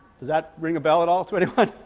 does that ring a bell at all to anyone?